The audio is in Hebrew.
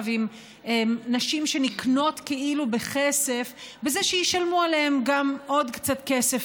עם נשים שנקנות כאילו בכסף בזה שישלמו עליהן גם עוד קצת כסף,